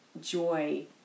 joy